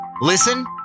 Listen